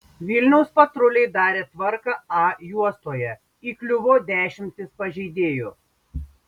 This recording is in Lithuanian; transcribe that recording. vilniaus patruliai darė tvarką a juostoje įkliuvo dešimtys pažeidėjų